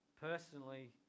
personally